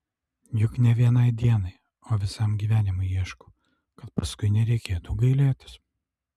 juk ne vienai dienai o visam gyvenimui ieškau kad paskui nereikėtų gailėtis